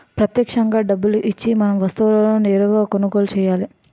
ప్రత్యక్షంగా డబ్బులు ఇచ్చి మనం వస్తువులను నేరుగా కొనుగోలు చేయాలి